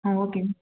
ஆ ஓகேங்க